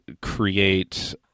create